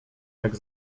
jak